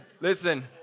Listen